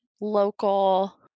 local